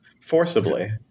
forcibly